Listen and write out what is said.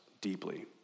deeply